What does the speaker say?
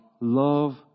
love